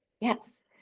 Yes